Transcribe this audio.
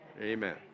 Amen